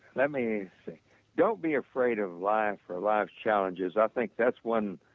let me think don't be afraid of life or life's challenges. i think that's one